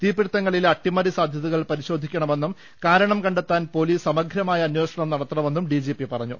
തീപിടുത്തങ്ങളിലെ അട്ടിമറി സാധ്യതകൾ പരി ശോധിക്കണമെന്നും കാരണം കണ്ടെത്താൻ പൊലീസ് സമഗ്രമായ അന്വേഷണം നടത്തണമെന്നും ഡിജിപി പറഞ്ഞു